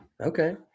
Okay